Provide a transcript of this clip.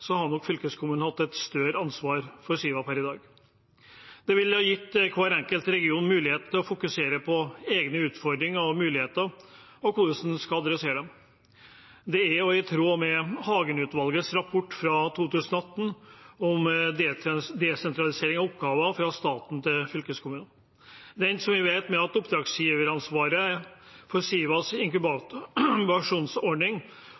nok fylkeskommunen hatt et større ansvar for Siva per i dag. Det ville ha gitt hver enkelt region en mulighet til å fokusere på egne utfordringer og muligheter, og på hvordan man skal gripe dem an. Det er også i tråd med Hagen-utvalgets rapport fra 2018, om desentralisering av oppgaver fra staten til fylkeskommunene. Det endte, som vi vet, med at oppdragsgiveransvaret for Sivas